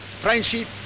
Friendship